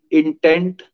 intent